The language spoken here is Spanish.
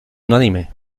unánime